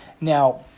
Now